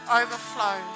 overflow